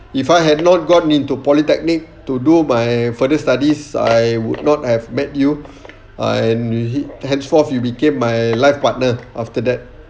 if I had not gone into polytechnic to do my further studies I would not have met you I henceforth you became my life partner after that